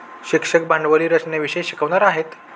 शिक्षक भांडवली रचनेविषयी शिकवणार आहेत